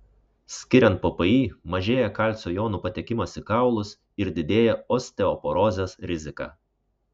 skiriant ppi mažėja kalcio jonų patekimas į kaulus ir didėja osteoporozės rizika